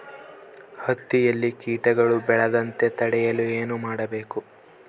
ಹತ್ತಿಯಲ್ಲಿ ಕೇಟಗಳು ಬೇಳದಂತೆ ತಡೆಯಲು ಏನು ಮಾಡಬೇಕು?